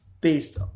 based